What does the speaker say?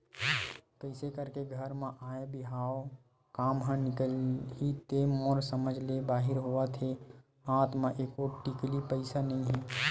कइसे करके घर म आय बिहाव काम ह निकलही ते मोर समझ ले बाहिर होवत हे हात म एको टिकली पइसा नइ हे